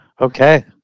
okay